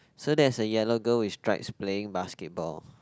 so there is a yellow girl with stripes playing basketball